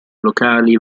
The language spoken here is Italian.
locali